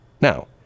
Now